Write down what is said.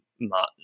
Martin